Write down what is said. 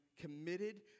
committed